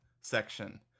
section